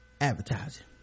advertising